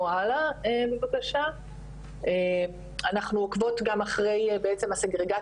אנחנו עוקבות גם אחרי בעצם הסגרגציה,